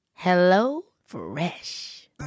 HelloFresh